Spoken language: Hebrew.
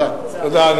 תודה.